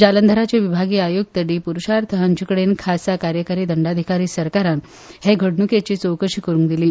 जालंधराचे विभागीय आयुक्त डी पुरुषार्थ हांचे कडेन खासा कार्यकारी दंडाधिकारी सरकारान हे घडणुकेची चवकशी करूंक दिली